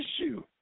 issue